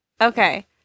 okay